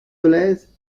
dolez